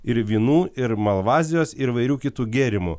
ir vynų ir malvazijos ir įvairių kitų gėrimų